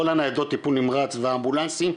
כל הניידות טיפול נמרץ והאמבולנסים,